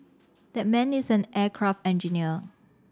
that man is an aircraft engineer